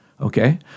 Okay